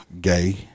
gay